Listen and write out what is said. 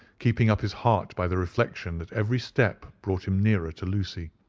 keeping up his heart by the reflection that every step brought him nearer to lucy,